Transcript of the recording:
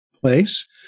place